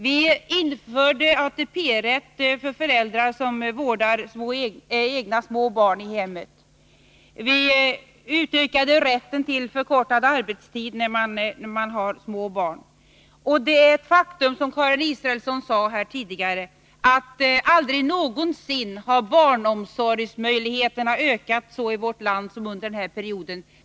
Vi införde ATP-rätt för föräldrar som vårdar egna små barn i hemmet. Vi utökade rätten till förkortad arbetstid när man har små barn. Det är ett faktum, som Karin Israelsson sade tidigare, att aldrig någonsin har barnomsorgsmöjligheterna ökat så i vårt land som under den här perioden.